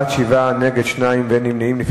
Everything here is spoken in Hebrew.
בעד, 7, נגד, 2, ואין נמנעים.